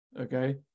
Okay